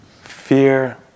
fear